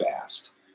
fast